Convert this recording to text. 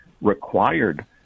required